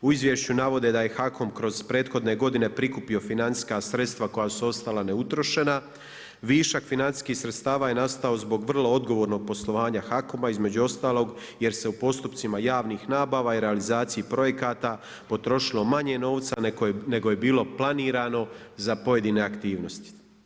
U izvješću navode da je HAKOM kroz prethodne godine prikupio financijska sredstva koja su ostala neutrošena, višak financijskih sredstava je nastao zbog vrlo odgovornog poslovanja HAKOM-a između ostalog jer se u postupcima javnih nabava i realizaciji projekata potrošilo manje novca nego je bilo planirano za pojedine aktivnosti“